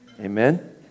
Amen